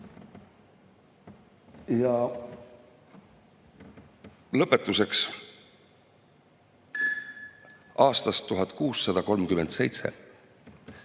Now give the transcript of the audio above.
Ja lõpetuseks aastast 1637.